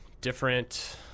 different